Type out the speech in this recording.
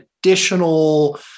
additional